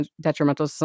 detrimental